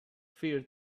fear